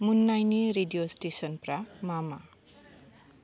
मुम्नाइनि radio स्टेशनफ्रा मा मा